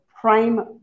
prime